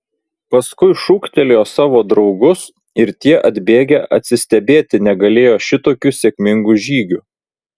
paskui šūktelėjo savo draugus ir tie atbėgę atsistebėti negalėjo šitokiu sėkmingu žygiu